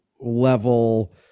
level